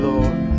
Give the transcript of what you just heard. Lord